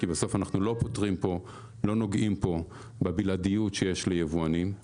כי בסוף אנחנו לא נוגעים פה בבלעדיות שיש ליבואנים בהסכמי בלעדיות.